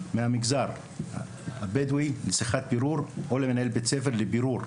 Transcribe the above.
מהמגזר הבדואי או למנהל בית ספר לשיחת בירור.